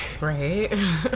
Right